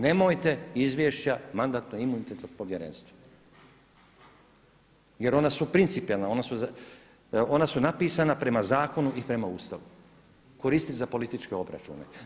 Nemojte izvješća Mandatno-imunitetnog povjerenstva, jer ona su principijelna, ona su napisana prema zakonu i prema Ustavu koristit za političke obračune.